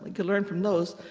can learn from those.